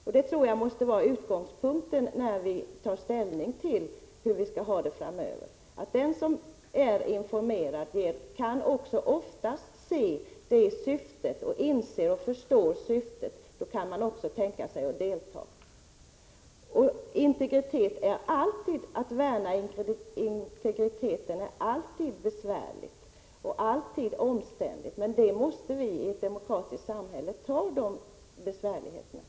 Jag tror att detta måste vara utgångspunkten när vi tar ställning till hur vi skall ha det framöver — den som är informerad och inser syftet med uppgiftslämnande kan också tänka sig delaktighet. Att värna om integriteten är alltid besvärligt och alltid omständligt, men vi måste i ett demokratiskt samhälle ta de besvärligheterna.